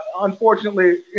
unfortunately